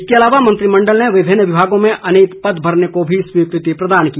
इसके अलावा मंत्रिमण्डल ने विभिन्न विभागों में अनेक पद भरने को भी स्वीकृति प्रदान की